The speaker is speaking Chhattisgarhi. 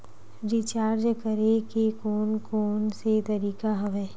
रिचार्ज करे के कोन कोन से तरीका हवय?